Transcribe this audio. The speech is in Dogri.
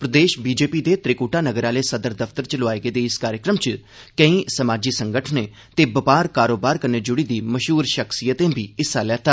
प्रदेश बीजेपी दे त्रिकुटा नगर आहले सदर दफ्तर च कल लोआए गेदे इस कार्यक्रम च केईं समाजी संगठनें ते बपार कारोबार कन्नै जुड़ी दी मशहूर शख्सियतें बी हिस्सा लैता